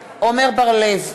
בעד עמר בר-לב,